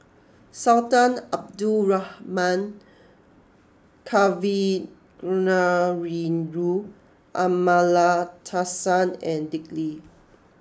Sultan Abdul Rahman Kavignareru Amallathasan and Dick Lee